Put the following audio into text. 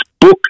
book